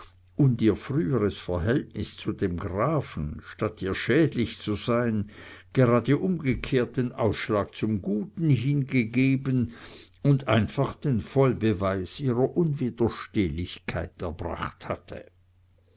und ihr früheres verhältnis zu dem grafen statt ihr schädlich zu sein gerad umgekehrt den ausschlag zum guten hin gegeben und einfach den vollbeweis ihrer unwiderstehlichkeit erbracht hatte